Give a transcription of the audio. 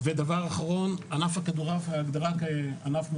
ודבר אחרון, ענף הכדורעף בהגדרת ענף מועדף,